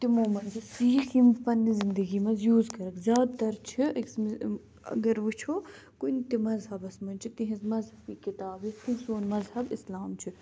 تِمو منٛز چھِ سیٖکھ یِم پَننہِ زندگی منٛز یوٗز کَرَکھ زیادٕ تَر چھِ أکِس اگر وٕچھو کُنہِ تہِ مَذہَبَس منٛز چھِ تِہنٛز مَذہبی کِتاب یِتھ کٔنۍ سون مذہب اِسلام چھُ